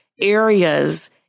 areas